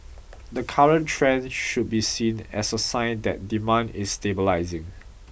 the current trend should be seen as a sign that demand is stabilising